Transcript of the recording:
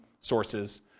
sources